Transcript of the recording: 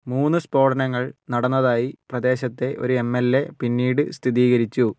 മൂന്ന് സ്ഫോടനങ്ങൾ നടന്നതായി പ്രദേശത്തെ ഒരു എം എൽ എ പിന്നീട് സ്ഥിതീകരിച്ചു